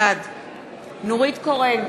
בעד נורית קורן,